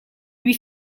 lui